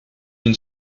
une